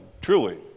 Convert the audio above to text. truly